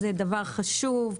זה דבר חשוב.